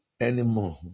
anymore